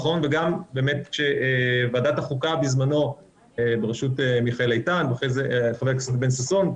ועדת החוקה בראשות מיכאל איתן ואחרי זה חבר הכנסת בן ששון,